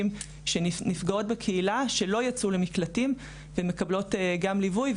נפגעות בקהילה שלא יצאו למקלטים ומקבלות גם ליווי.